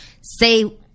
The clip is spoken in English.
say